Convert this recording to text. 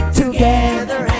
together